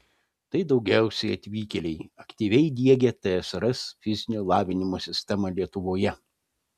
tai daugiausiai atvykėliai aktyviai diegę tsrs fizinio lavinimo sistemą lietuvoje